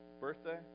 birthday